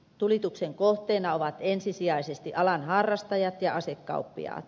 tulituksen kohteena ovat ensisijaisesti alan harrastajat ja asekauppiaat